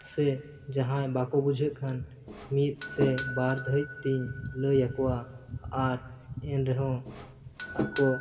ᱥᱮ ᱡᱟᱦᱟᱸᱭ ᱵᱟᱠᱚ ᱵᱩᱡᱷᱟᱹᱜ ᱠᱷᱟᱱ ᱢᱤᱫ ᱥᱮ ᱵᱟᱨ ᱫᱷᱟᱹᱵᱤᱡ ᱛᱤᱧ ᱞᱟᱹᱭ ᱟᱠᱚᱣᱟ ᱟᱨ ᱮᱱ ᱨᱮᱦᱚᱸ ᱟᱠᱚ